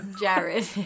Jared